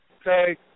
okay